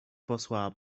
posłała